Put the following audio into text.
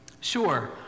Sure